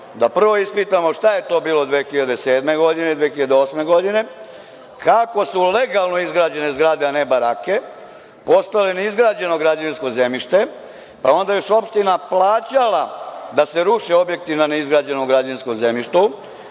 da ispitamo šta je to bilo 2007. i 2008. godine? Kako su legalno izgrađene zgrade, a ne barake postale ne izgrađeno građevinsko zemljište, pa onda još opština plaćala da se ruše objekti na ne izgrađenom građevinskom zemljištu,